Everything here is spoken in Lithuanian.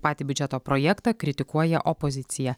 patį biudžeto projektą kritikuoja opozicija